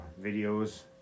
videos